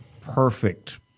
perfect